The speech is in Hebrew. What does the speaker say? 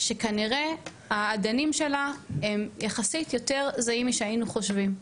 שכנראה האדנים שלה הם יחסית יותר זהים משהיינו חושבים.